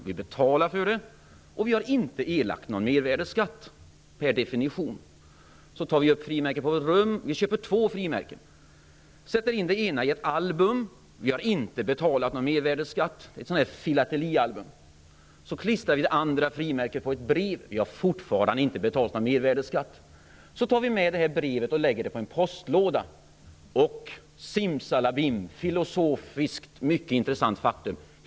Vi betalar för dem, men vi har inte erlagt någon mervärdesskatt per definition. Vi köper två frimärken. Sedan tar vi upp frimärkena på rummet. Det ena sätter vi in i ett filatelialbum -- vi har inte betalat någon mervärdesskatt. Det andra frimärket klistrar vi på ett brev. Vi har fortfarande inte betalt någon mervärdesskatt. Sedan tar vi med brevet och lägger det på en postlåda. Simsalabim, helt plötsligt har vi betalat mervärdesskatt.